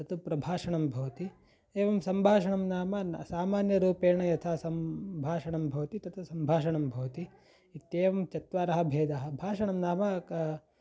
तत् प्रभाषणं भवति एवं सम्भाषणं नाम सामान्यरूपेण यथा सम्भाषणं भवति तत् सम्भाषणं भवति इत्येवं चत्वारः भेदाः भाषणं नाम किं